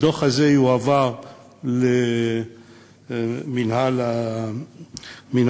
הדוח הזה יועבר למינהל המסים,